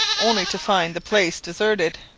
only to find the place deserted.